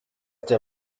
der